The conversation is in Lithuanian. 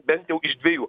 bet jau iš dviejų